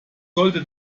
sollte